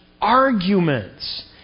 arguments